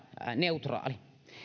neutraali